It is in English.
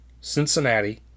Cincinnati